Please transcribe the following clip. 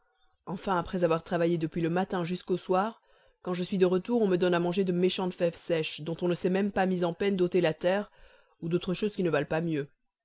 enfin après avoir travaillé depuis le matin jusqu'au soir quand je suis de retour on me donne à manger de méchantes fèves sèches dont on ne s'est pas mis en peine d'ôter la terre ou d'autres choses qui ne valent pas mieux